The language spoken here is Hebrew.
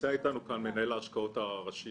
מנהל ההשקעות הראשי